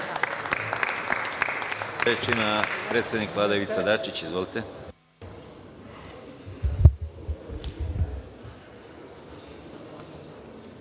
Hvala